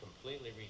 completely